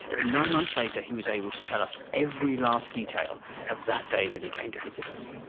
but nine months later he was able to tell us every last detail of that day that he came to visit us.